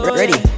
ready